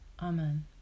Amen